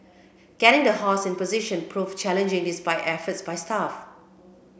getting the horse in position proved challenging despite efforts by staff